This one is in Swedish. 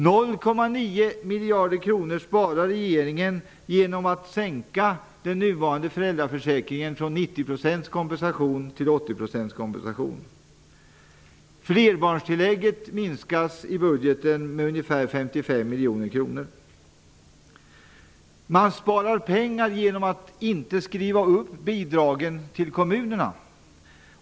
0,9 miljarder kronor sparar regeringen genom att sänka kompensationen inom föräldraförsäkringen från 90 Man sparar pengar genom att inte skriva upp bidragen till kommunerna.